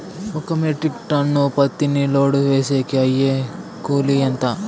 ఒక metric ton పత్తిని load వేసేకి అయ్యే కూలి ఎంత?